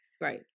Right